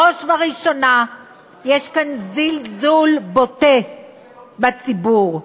בראש ובראשונה יש כאן זלזול בוטה בציבור.